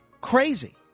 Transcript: crazy